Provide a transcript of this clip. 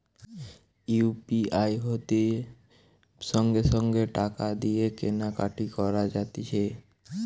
UPI হইতে সঙ্গে সঙ্গে টাকা দিয়ে কেনা কাটি করা যাতিছে